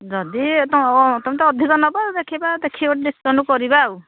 ଯଦି ତମେ ତ ଅଧିକ ନେବ ଆଉ ଦେଖିବା ଦେଖିକି ଆଉ ଡିସ୍କାଉଣ୍ଟ କରିବା ଆଉ